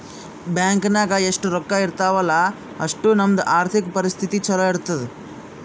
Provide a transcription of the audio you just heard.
bank ನಾಗ್ ಎಷ್ಟ ರೊಕ್ಕಾ ಇರ್ತಾವ ಅಲ್ಲಾ ಅಷ್ಟು ನಮ್ದು ಆರ್ಥಿಕ್ ಪರಿಸ್ಥಿತಿ ಛಲೋ ಇರ್ತುದ್